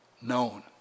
known